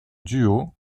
duo